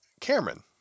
Cameron